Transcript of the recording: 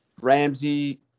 Ramsey